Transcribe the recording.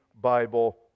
Bible